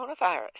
coronavirus